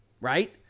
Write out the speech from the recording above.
right